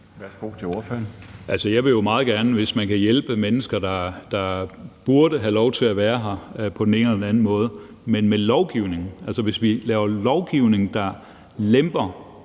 (DD): Altså, jeg vil jo meget gerne, hvis man kan hjælpe mennesker, der burde have lov til at være her på den ene eller den anden måde. Men hvis vi laver lovgivning, der lemper